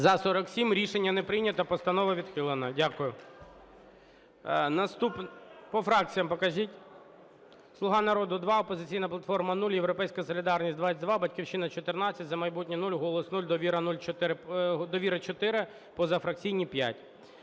За-47 Рішення не прийнято. Постанова відхилена. Дякую. По фракціям покажіть. "Слуга народу" - 2, "Опозиційна платформа" – 0, "Європейська солідарність" - 22, "Батьківщина" – 14, "За майбутнє" – 0, "Голос" – 0, "Довіра" – 4, позафракційні – 5.